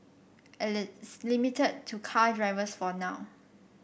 limited to car drivers for now